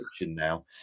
now